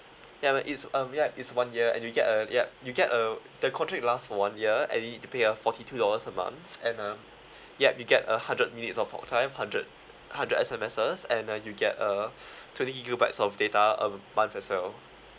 ya man it's um yup it's one year and you get a yup you get a the contract lasts for one year and you need to pay uh forty two dollars a month and um yup you'll get a hundred minutes of talk time hundred hundred S_M_S and uh you'll get a twenty gigabytes of data a month as well